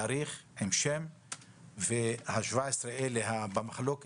תאריך עם שם, כולל 17 המקרים שבמחלוקת.